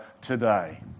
today